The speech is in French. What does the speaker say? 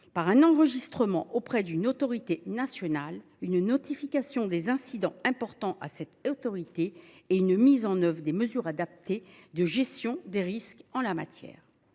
s’enregistrer auprès d’une autorité nationale, notifier les incidents importants à cette autorité et mettre en œuvre des mesures adaptées de gestion des risques en la matière.